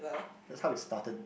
that's how it started